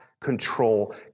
control